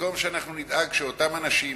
במקום שאנחנו נדאג שאותם אנשים